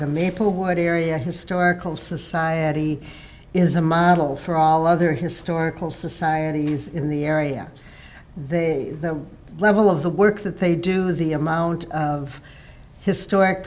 the maplewood area historical society is a model for all other historical societies in the area they are the level of the work that they do the amount of historic